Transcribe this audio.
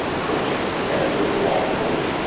clicking and a good long wait.